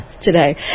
today